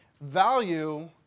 Value